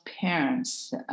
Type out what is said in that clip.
parents